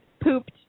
pooped